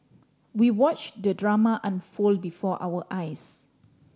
we watch the drama unfold before our eyes